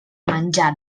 menjar